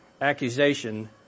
accusation